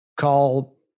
call